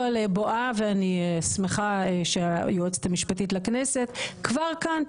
על בואה ואני שמחה שהיועצת המשפטית לכנסת כבר כאן.